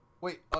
wait